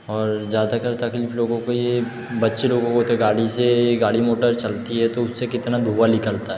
और ज़्यादातर तकलीफ लोगों को ये बच्चे लोगों को तो गाड़ी से गाड़ी मोटर चलती है तो उससे कितना धुआँ निकलता